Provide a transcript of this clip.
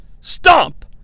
Stomp